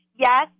Yes